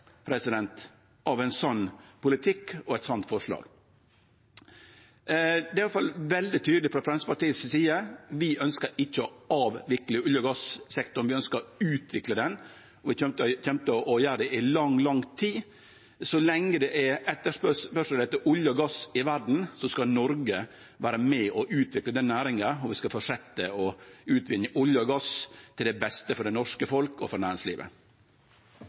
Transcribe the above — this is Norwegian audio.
av ein sånn politikk og eit sånt forslag. Frå Framstegspartiets side er vi iallfall veldig tydelege: Vi ønskjer ikkje å avvikle olje- og gassektoren Vi ønskjer å utvikle han, og vi kjem til å gjere det i lang, lang tid. Så lenge det er etterspurnad etter olje og gass i verda, skal Noreg vere med på å utvikle den næringa, og vi skal halde fram med å utvinne olje og gass, til beste for det norske folket og for næringslivet.